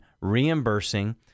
reimbursing